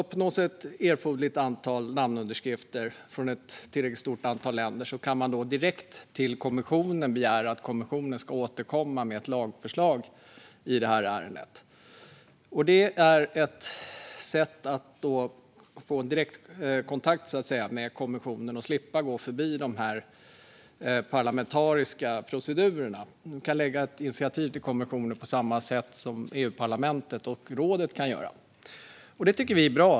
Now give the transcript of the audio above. Uppnås ett erforderligt antal namnunderskrifter från ett tillräckligt stort antal länder kan man direkt till kommissionen begära att kommissionen ska återkomma med ett lagförslag i ärendet. Detta är ett sätt att få en direktkontakt med kommissionen och slippa gå igenom de parlamentariska procedurerna. Man kan lägga fram ett initiativ till kommissionen på samma sätt som EU-parlamentet och rådet kan göra. Detta tycker vi är bra.